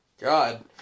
God